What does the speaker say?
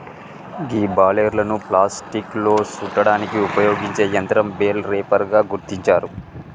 గీ బలేర్లను ప్లాస్టిక్లో సుట్టడానికి ఉపయోగించే యంత్రం బెల్ రేపర్ గా గుర్తించారు